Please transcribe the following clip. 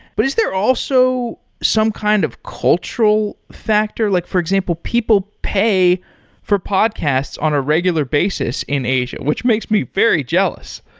but is there also some kind of cultural factor? like for example, people pay for podcasts on a regular basis in asia, which makes me very jealous.